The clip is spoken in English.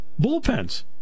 Bullpens